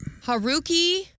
Haruki